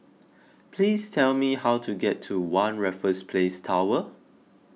please tell me how to get to one Raffles Place Tower